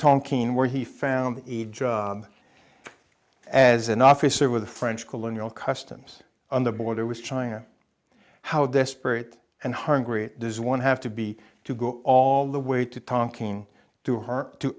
kean where he found a job as an officer with a french colonial customs on the border with china how desperate and hungry does one have to be to go all the way to talking to her to